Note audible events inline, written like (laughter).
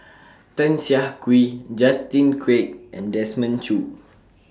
(noise) Tan Siah Kwee Justin Quek and Desmond Choo